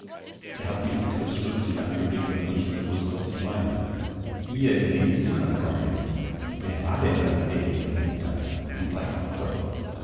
er hat mich begriffsstutzig angeblickt und nicht gewußt was ich meine hier in dem zimmer gaudenz wer war denn das der hier gewohnt hat du weißt's doch